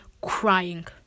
Crying